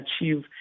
achieve